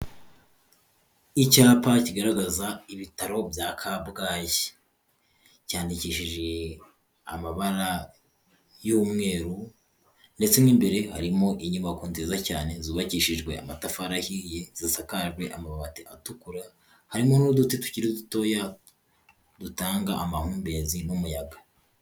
Icyapa kigaragaza ibitaro bya kabgayi, cyandikishije amabara y'umweru, ndetse n'imbere harimo inyubako nziza cyane zubakishijwe amatafari ahiye zisakajwe amabati atukura. Harimo n'uduti tukiri dutoya dutanga amahumbezi n'umuyaga.